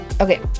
okay